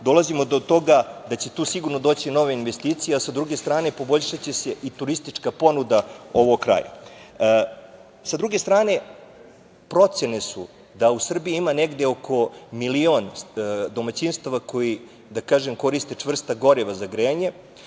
dolazimo do toga da će to sigurno doći nove investicije, a sa druge strane poboljšaće se i turistička ponuda ovog kraja. Sa druge strane, procene su da u Srbiji ima negde oko milion domaćinstava koja koriste čvrsta goriva za grejanje